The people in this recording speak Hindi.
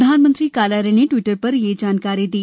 प्रधानमंत्री कार्यालय ने टविटर पर यह जानकारी दी